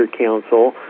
Council